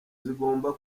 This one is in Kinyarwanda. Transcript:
zigomba